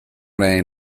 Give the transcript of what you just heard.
rain